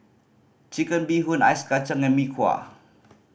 Chicken Bee Hoon ice kacang and Mee Kuah